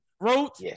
Wrote